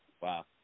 Wow